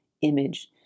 image